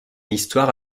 histoire